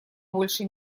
больше